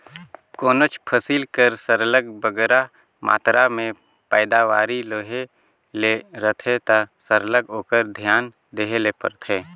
कोनोच फसिल कर सरलग बगरा मातरा में पएदावारी लेहे ले रहथे ता सरलग ओकर धियान देहे ले परथे